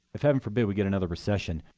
if, heaven forbid, we get another recession,